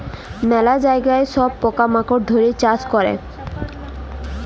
ম্যালা জায়গায় সব পকা মাকড় ধ্যরে চাষ ক্যরে